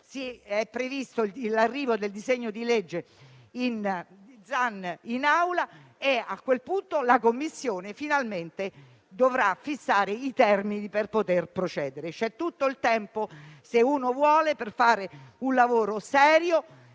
è previsto l'arrivo del disegno di legge in Aula e a quel punto la Commissione finalmente dovrà fissare i termini per poter procedere. C'è tutto il tempo, se uno vuole, per fare un lavoro serio